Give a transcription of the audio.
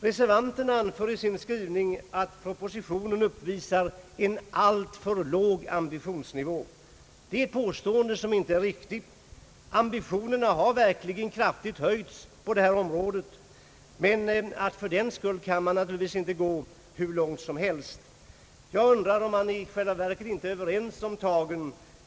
Reservanterna anför i sin skrivning att propositionen uppvisar en alltför låg ambitionsnivå. Det är ett påstående som inte är riktigt. Ambitionen har verkligen höjts kraftigt på detta område, men fördenskull kan man inte gå hur långt som helst. Jag undrar om vi i själva verket inte är överens om tagen.